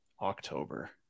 October